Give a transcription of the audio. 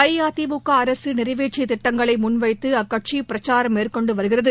அஇஅதிமுக அரசு நிறைவேற்றிய திட்டங்களை முன் வைத்து அக்கட்சி பிரச்சாரம் மேற்கொண்டு வருகிறது